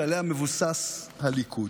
שעליה מבוסס הליכוד.